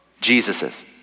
Jesus's